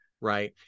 right